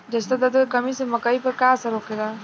जस्ता तत्व के कमी से मकई पर का असर होखेला?